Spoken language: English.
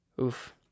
Oof